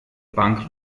punk